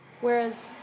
Whereas